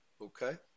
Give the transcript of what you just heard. Okay